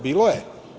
Bilo je.